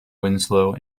winslow